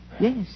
Yes